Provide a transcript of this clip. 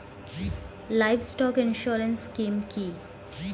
Livestock insurance scheme কি?